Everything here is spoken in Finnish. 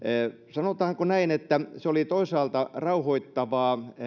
sanotaanko näin että se oli toisaalta rauhoittavaa